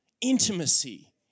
Intimacy